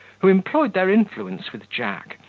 who employed their influence with jack,